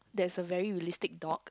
there's a very realistic dog